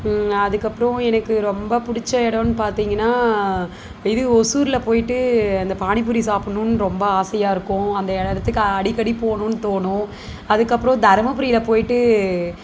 அதுக்கப்புறம் எனக்கு ரொம்ப பிடிச்ச இடோன்னு பார்த்தீங்கன்னா இது ஓசூரில் போயிட்டு அந்த பானி பூரி சாப்பிணுன்னு ரொம்ப ஆசையாக இருக்கும் அந்த இடத்துக்கு அடிக்கடி போகணுன்னு தோணும் அதுக்கப்புறம் தருமபுரியில் போயிட்டு